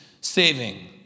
saving